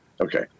Okay